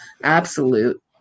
absolute